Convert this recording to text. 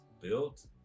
built